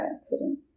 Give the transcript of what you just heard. accident